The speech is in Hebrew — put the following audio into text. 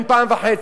אין פעם וחצי,